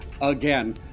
again